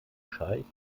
scheich